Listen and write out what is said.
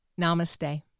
namaste